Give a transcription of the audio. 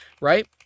right